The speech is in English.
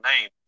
name